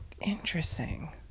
interesting